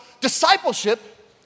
discipleship